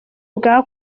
bwa